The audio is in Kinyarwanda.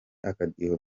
akadiho